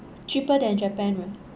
cheaper than japan ah